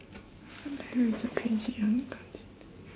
what the hell is a crazy coincidence